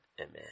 amen